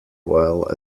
while